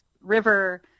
river